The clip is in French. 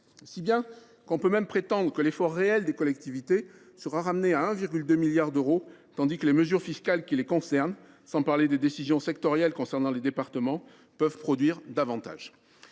ainsi notre solde public. Ainsi, l’effort réel des collectivités sera ramené à 1,2 milliard d’euros, tandis que les mesures fiscales qui les concernent, sans parler des décisions sectorielles s’attachant aux départements, peuvent produire encore davantage.